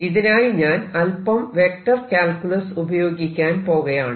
ഇതിനായി ഞാൻ അല്പം വെക്റ്റർ കാൽക്കുലസ് ഉപയോഗിക്കാൻ പോകയാണ്